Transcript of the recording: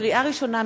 לקריאה ראשונה,